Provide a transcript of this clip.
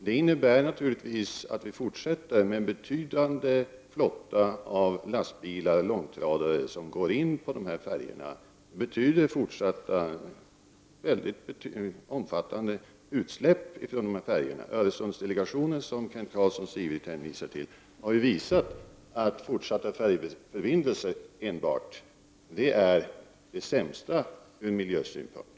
Det innebär naturligtvis att vi fortsätter med en betydande flotta av lastbilar och långtradare som går in i färjorna. Det betyder fortsatta utsläpp från färjorna. Öresundsdelegationen, som Kent Carlsson så ivrigt hänvisar till, har visat att fortsatt färjeförbindelse enbart är det sämsta ur miljösynpunkt.